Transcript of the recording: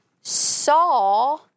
saw